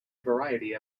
variety